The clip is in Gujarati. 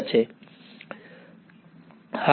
વિદ્યાર્થી